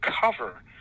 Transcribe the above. cover